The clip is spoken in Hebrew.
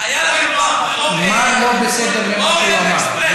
הייתה מחלוקת, מה לא בסדר במה שהוא אמר?